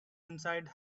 inside